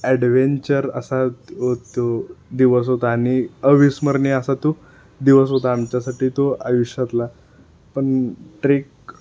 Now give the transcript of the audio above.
adventure असा ओ तो दिवस होता आणि अविस्मरणीय असा तो दिवस होता आमच्यासाठी तो आयुष्यातला पण ट्रेक